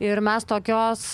ir mes tokios